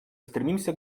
стремимся